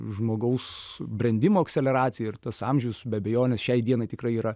žmogaus brendimo akceleracija ir tas amžius be abejonės šiai dienai tikrai yra